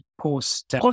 post